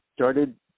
Started